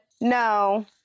no